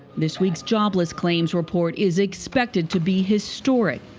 this week's jobless claims report is expected to be historic.